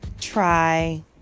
try